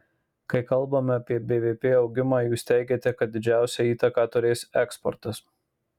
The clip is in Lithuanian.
kai kalbame apie bvp augimą jūs teigiate kad didžiausią įtaką turės eksportas